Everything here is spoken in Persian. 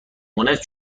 مونس